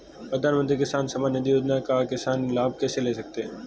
प्रधानमंत्री किसान सम्मान निधि योजना का किसान लाभ कैसे ले सकते हैं?